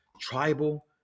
tribal